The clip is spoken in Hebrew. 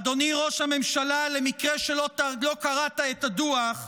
אדוני ראש הממשלה, למקרה שלא קראת את הדוח,